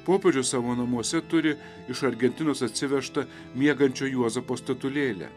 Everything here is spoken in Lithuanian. popiežius savo namuose turi iš argentinos atsivežtą miegančio juozapo statulėlę